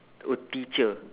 oh teacher